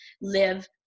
live